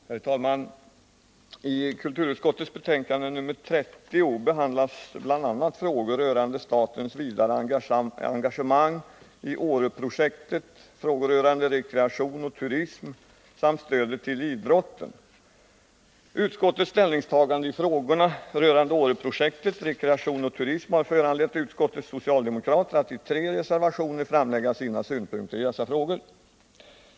Herr talman! I kulturutskottets betänkande nr 30 behandlas bl.a. frågor rörande statens vidare engagemang i Åreprojektet, frågor rörande rekreation och turism samt stödet till idrotten. Utskottets ställningstaganden i frågorna rörande Åreprojektet, rekreation och turism har föranlett utskottets socialdemokrater att i tre reservationer framlägga sina synpunkter i dessa frågor.